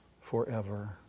forever